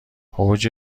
اوج